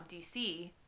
dc